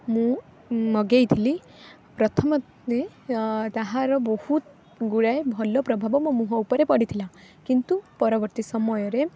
ମୁଁ ମଗେଇଥିଲି ପ୍ରଥମ ତାହାର ବହୁତ ଗୁଡ଼ାଏ ଭଲ ପ୍ରଭାବ ମୋ ମୁହଁ ଉପରେ ପଡ଼ିଥିଲା କିନ୍ତୁ ପରବର୍ତ୍ତୀ ସମୟରେ